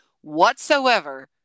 whatsoever